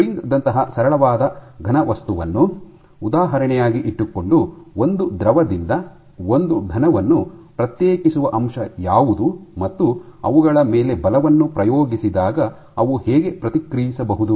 spring ದಂತಹ ಸರಳವಾದ ಘನ ವಸ್ತುವನ್ನು ಉದಾಹರಣೆಯಾಗಿ ಇಟ್ಟುಕೊಂಡು ಒಂದು ದ್ರವದಿಂದ ಒಂದು ಘನವನ್ನು ಪ್ರತ್ಯೇಕಿಸುವ ಅಂಶ ಯಾವುದು ಮತ್ತು ಅವುಗಳ ಮೇಲೆ ಬಲವನ್ನು ಪ್ರಯೋಗಿಸಿದಾಗ ಅವು ಹೇಗೆ ಪ್ರತಿಕ್ರಿಯಿಸಬಹುದು